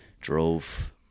drove